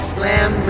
Slam